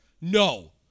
No